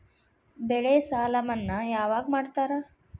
ಬೆಳೆ ಸಾಲ ಮನ್ನಾ ಯಾವಾಗ್ ಮಾಡ್ತಾರಾ?